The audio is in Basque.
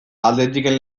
athleticen